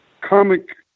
comic